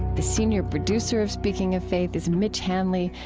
the senior producer of speaking of faith is mitch hanley,